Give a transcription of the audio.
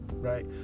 right